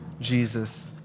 Jesus